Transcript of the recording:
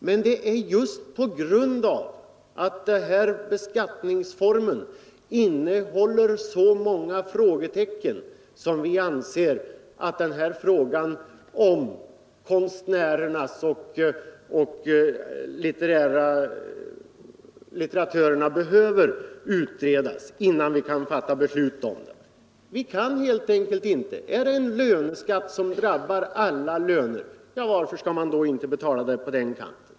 Men det är just på grund av att denna beskattningsform innehåller så många frågetecken som vi anser att frågan om konstnärerna och författarna behöver utredas, innan vi kan fatta beslut i det hänseendet. Är det en löneskatt som drabbar alla löner, varför skall man då inte betala på den kanten?